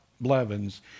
Blevins